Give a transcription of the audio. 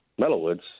metalwoods